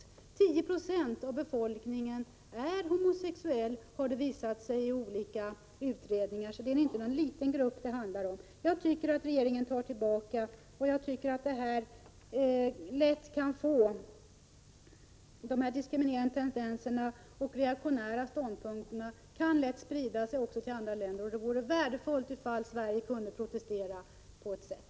Olika undersökningar har visat att 10 96 av befolkningen är homosexuell. Det är ingen liten grupp. Jag är rädd för att diskrimineringstendenserna och de reaktionära ståndpunkterna lätt kan sprida sig också till andra länder. Det vore värdefullt om Sverige kunde protestera på något sätt.